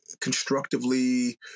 constructively